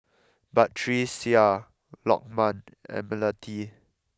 Batrisya Lokman and Melati